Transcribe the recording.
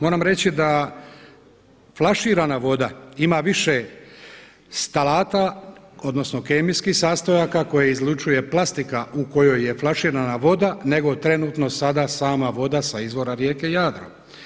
Moram reći da flaširana voda ima više stalata odnosno kemijskih sastojaka koje izlučuje plastika u kojoj je flaširana voda nego trenutno sada sama vode sa izvora rijeke Jadro.